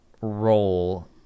role